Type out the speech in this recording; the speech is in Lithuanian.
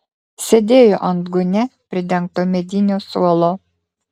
sėdėjo ant gūnia pridengto medinio suolo